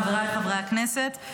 חבריי חברי הכנסת,